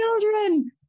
children